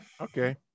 Okay